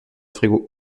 frigo